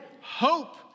hope